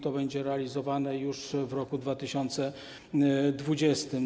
To będzie realizowane już w roku 2020.